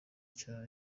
cya